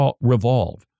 revolve